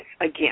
again